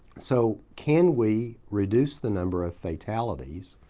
so can we reduce the number of fatalities,